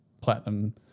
platinum